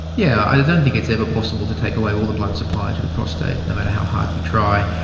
yeah i don't think it's ever possible to take away all the blood supply to the prostate, no matter how hard we try.